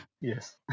Yes